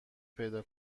پیدا